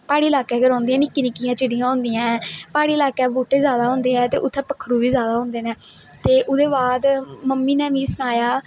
प्हाड़ी ल्हाके गै रौंहदी मिक्की निक्की चिडि़यां होंदियां ऐ प्हाड़ी इलाके बूहटे ज्यादा होंदे ते उत्थै पक्खरु बी ज्यादा होंदे न ते ओहदे बाद मम्मी ने मिगी सनाया कि